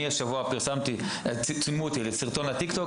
השבוע צילמו אותי לסרטון ל- Tik-Tok,